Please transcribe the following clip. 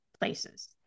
places